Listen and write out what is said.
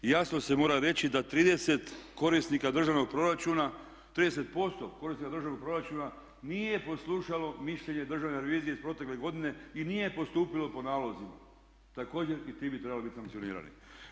I jasno se mora reći da 30 korisnika državnog proračuna, 30% korisnika državnog proračuna nije poslušalo mišljenje državne revizije iz protekle godine i nije postupilo po nalozima, također i ti bi trebali biti sankcionirani.